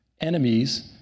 enemies